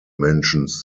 mentions